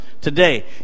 today